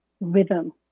rhythm